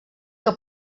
que